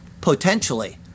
potentially